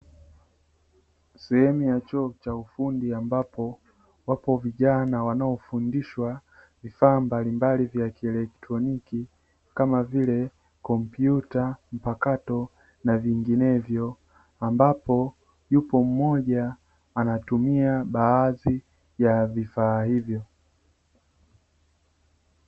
Sehemu ya chuo cha ufundi ambapo wapo vijana wanaofundishwa vifaa mbalimbali vya kielektroniki kama vile kompyuta mpakato na vinginevyo, ambapo yupo mmoja anatumia baadhi ya vifaa hivyo.